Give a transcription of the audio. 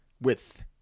width